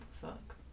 fuck